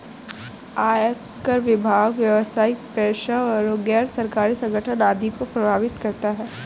आयकर विभाग व्यावसायिक पेशेवरों, गैर सरकारी संगठन आदि को प्रभावित करता है